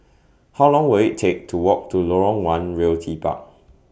How Long Will IT Take to Walk to Lorong one Realty Park